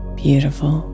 beautiful